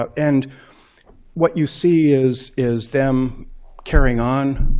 and what you see is is them carrying on